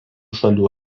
šalių